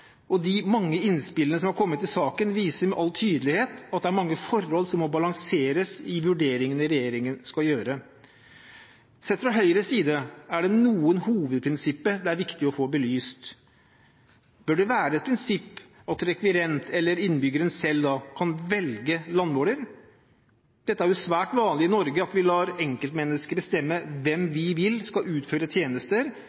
og de mange innspillene som har kommet i saken, viser med all tydelighet at det er mange forhold som må balanseres i vurderingene regjeringen skal gjøre. Sett fra Høyres side er det noen hovedprinsipper det er viktig å få belyst. Bør det være et prinsipp at rekvirent, eller innbyggeren selv, kan velge landmåler? Det er jo svært vanlig i Norge at vi lar enkeltmennesker bestemme hvem